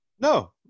No